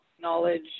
knowledge